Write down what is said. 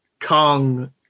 Kong –